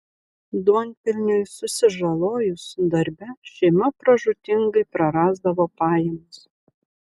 duonpelniui susižalojus darbe šeima pražūtingai prarasdavo pajamas